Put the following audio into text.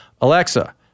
Alexa